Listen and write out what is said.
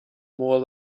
more